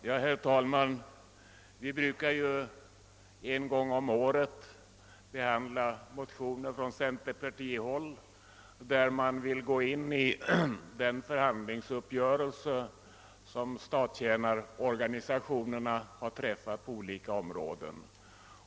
Herr talman! Vi brukar en gång om året behandla motioner från centerpar tihåll i vilka man vill att vi skall gå in i den förhandlingsuppgörelse som statstjänarorganisationerna har träffat på olika områden.